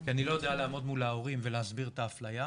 כי אני לא יודע לעמוד מול ההורים ולהסביר את האפליה,